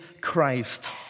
Christ